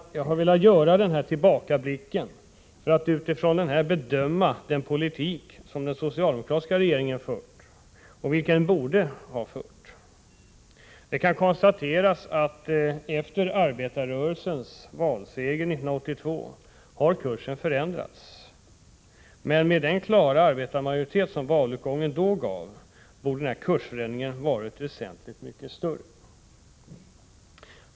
Jag har velat göra denna tillbakablick för att utifrån denna bedöma den politik som den socialdemokratiska regeringen fört och vilken politik den borde ha fört. Det kan konstateras att efter arbetarrörelsens valseger 1982 har kursen förändrats. Men med den klara arbetarmajoritet som valutgången gav borde denna kursförändring varit väsentligt mycket större.